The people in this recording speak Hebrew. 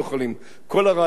כל הרעיון של "אחרי",